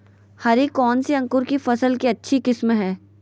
हरी कौन सी अंकुर की फसल के अच्छी किस्म है?